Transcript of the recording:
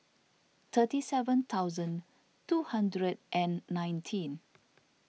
thirty seven thousand two hundred and nineteen